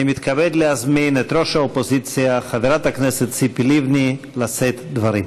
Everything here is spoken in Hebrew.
אני מתכבד להזמין את ראש האופוזיציה חברת הכנסת ציפי לבני לשאת דברים.